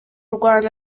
rwanda